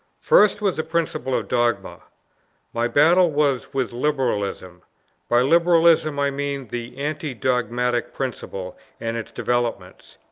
first was the principle of dogma my battle was with liberalism by liberalism i mean the anti-dogmatic principle and its developments.